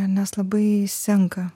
nes labai senka